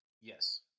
Yes